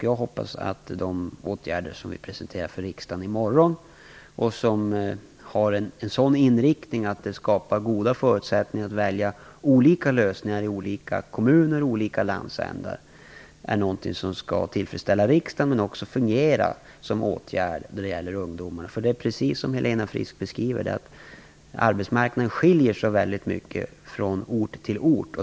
Jag hoppas att de åtgärder som vi presenterar för riksdagen i morgon och som har en sådan inriktning att de skapar goda förutsättningar att välja olika lösningar i olika kommuner i olika landsändar är någonting som skall tillfredsställa riksdagen men också fungera som åtgärder gentemot ungdomar. Det är precis som Helena Frisk beskriver, att arbetsmarknaden skiljer så väldigt mycket från ort till ort.